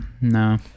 No